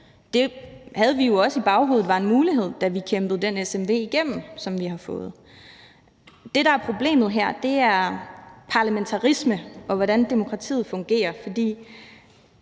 havde vi jo også i baghovedet, da vi kæmpede den smv igennem, som vi har fået. Det, der er problemet her, er parlamentarisme, og hvordan demokratiet fungerer. For